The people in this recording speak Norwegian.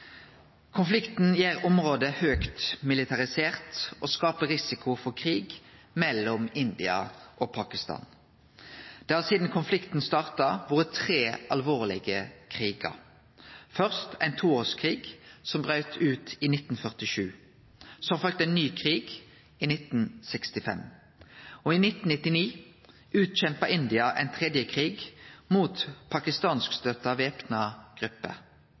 Konflikten gjer området høgt militarisert og skaper risiko for krig mellom India og Pakistan. Det har sidan konflikten starta, vore tre alvorlege krigar – først ein toårskrig, som braut ut i 1947. Så følgde ein ny krig i 1965. Og i 1999 utkjempa India ein tredje krig mot pakistanskstøtta væpna grupper.